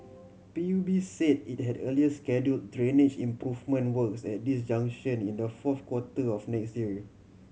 P U B said it had earlier schedule drainage improvement works at this junction in the fourth quarter of next year